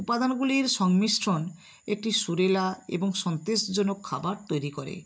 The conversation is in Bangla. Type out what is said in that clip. উপাদানগুলির সংমিশ্রণ একটি সুরেলা এবং সন্তেষজনক খাবার তৈরি করে